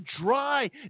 dry